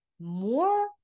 More